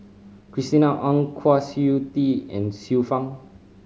Christina Ong Kwa Siew Tee and Xiu Fang